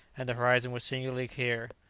and the horizon was singularly clear.